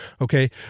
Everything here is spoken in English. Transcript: Okay